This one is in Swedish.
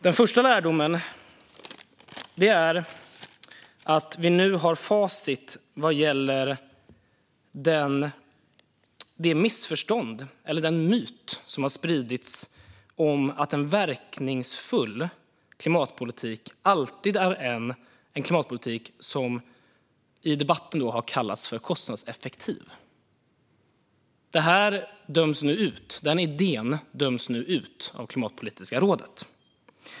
Den första lärdomen är att vi nu har facit vad gäller det missförstånd eller den myt som har spridits om att en verkningsfull klimatpolitik alltid är en klimatpolitik som, i debatten, har kallats för kostnadseffektiv. Denna idé döms nu ut av Klimatpolitiska rådet.